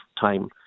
time